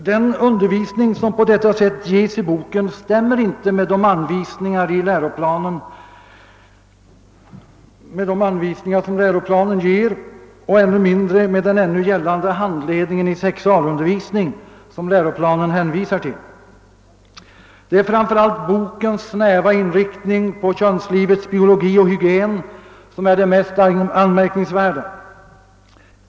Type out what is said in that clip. Den undervisning som på detta sätt ges i boken stämmer inte med de anvisningar som läroplanen lämnar och ännu mindre med den gällande handledningen i sexualundervisning som läroplanen hänvisar till. Det är framför allt bokens snäva inriktning på könslivets biologi och hygien som är det mest anmärkningsvärda.